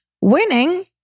Winning